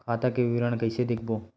खाता के विवरण कइसे देखबो?